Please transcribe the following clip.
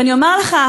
ואני אומרת לך,